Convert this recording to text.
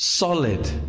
solid